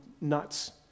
nuts